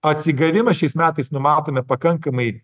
atsigavimą šiais metais numatome pakankamai